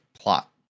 plot